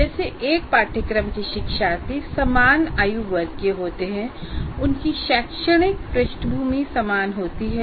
जैसे एक पाठ्यक्रम के शिक्षार्थी समान आयु वर्ग के होते हैं और उनकी शैक्षणिक पृष्ठभूमि समान होती है